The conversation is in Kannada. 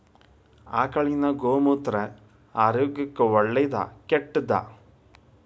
ಆಕಳಿನ ಗೋಮೂತ್ರ ಆರೋಗ್ಯಕ್ಕ ಒಳ್ಳೆದಾ ಕೆಟ್ಟದಾ?